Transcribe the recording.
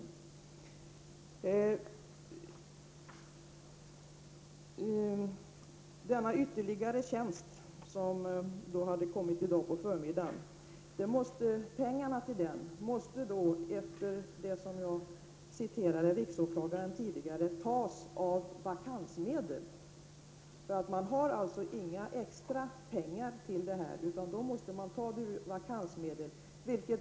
När det gäller den ytterligare tjänst som har tillkommit i dag på förmiddagen måste pengarna, med tanke på det uttalande av riksåklagaren som jag citerade tidigare, tas av vakansmedel. Det finns alltså inga extra pengar till tjänsten. De måste tas från vakansmedel.